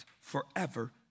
forever